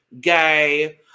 Gay